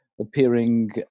appearing